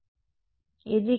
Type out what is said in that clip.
ఏదైనా D